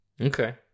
Okay